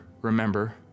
remember